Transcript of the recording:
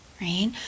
right